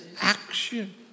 action